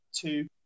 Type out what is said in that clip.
two